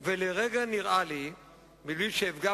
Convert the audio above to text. רוצה תוצאות, ותוצאות לא תוכל להביא בצורה הזאת.